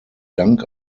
dank